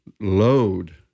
load